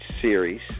series